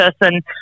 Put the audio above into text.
person